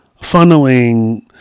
funneling